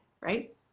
right